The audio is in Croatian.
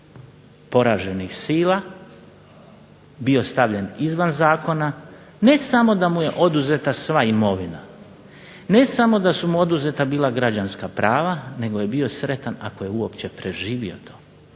poraženih sila bio stavljen izvan zakona, ne samo da mu je oduzeta sva imovina, ne samo da su mu oduzeta bila građanska prava nego je bio sretan ako je uopće preživio to.